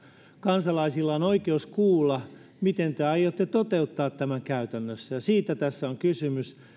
kansalaisilla on oikeus kuulla miten te aiotte toteuttaa tämän käytännössä siitä tässä on kysymys